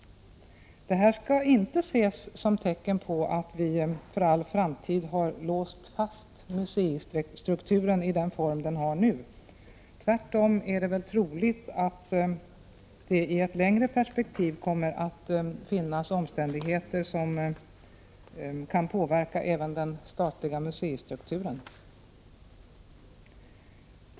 Det här skall inte ses som tecken på att vi för all framtid har låst fast museistrukturen i den form den nu har. Tvärtom är det troligt att det i ett längre perspektiv kommer att finnas omständigheter som kan påverka även den statliga museistrukturen.